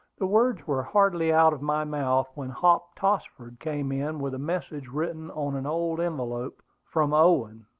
the words were hardly out of my mouth when hop tossford came in with a message written on an old envelope, from owen.